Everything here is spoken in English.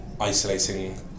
isolating